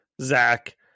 Zach